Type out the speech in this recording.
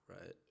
right